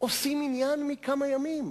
עושים עניין מכמה ימים?